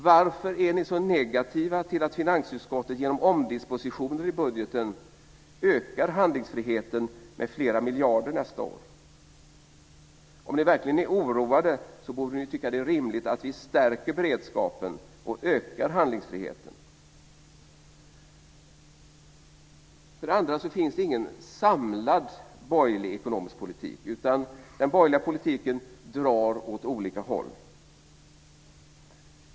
Varför är ni så negativa till att finansutskottet genom omdispositioner i budgeten ökar handlingsfriheten med flera miljarder kronor nästa år? Om ni verkligen är oroade så borde ni tycka att det är rimligt att vi stärker beredskapen och ökar handlingsfriheten. För det andra finns det ingen samlad borgerlig ekonomisk politik. Den borgerliga politiken drar åt olika håll.